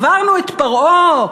עברנו את פרעה,